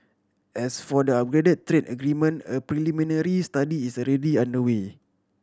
as for the upgraded trade agreement a preliminary study is already underway